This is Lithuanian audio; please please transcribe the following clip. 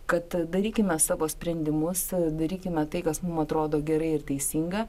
kad darykime savo sprendimus darykime tai kas mum atrodo gerai ir teisinga